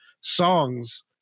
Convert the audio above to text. songs